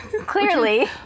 Clearly